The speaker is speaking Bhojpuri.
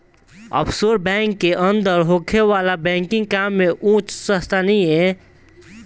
ऑफशोर बैंक के अंदर होखे वाला बैंकिंग काम में उच स्तरीय सुरक्षा आ गोपनीयता राखाला